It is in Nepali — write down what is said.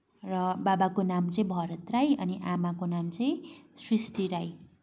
र बाबाको नाम चाहिँ भरत राई अनि आमाको नाम चाहिँ सृष्टि राई